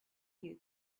you